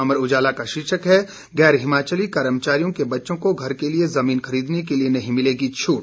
अमर उजाला का शीर्षक है गैर हिमाचली कर्मचारियों के बच्चों को घर के लिए जमीन खरीदने के लिए नहीं मिलेगी छूट